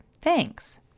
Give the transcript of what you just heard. Thanks